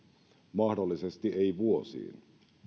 mahdollisesti ei vuosiin